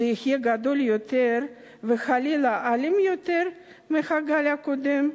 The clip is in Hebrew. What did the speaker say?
שיהיה גדול יותר וחלילה אלים יותר מהגל הקודם?